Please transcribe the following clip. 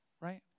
right